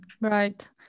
Right